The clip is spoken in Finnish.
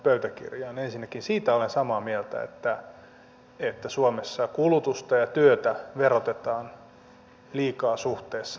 ensinnäkin siitä olen samaa mieltä että suomessa kulutusta ja työtä verotetaan liikaa suhteessa pääomiin